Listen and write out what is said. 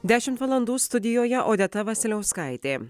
dešimt valandų studijoje odeta vasiliauskaitė